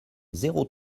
zéro